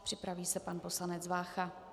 Připraví se pan poslanec Vácha.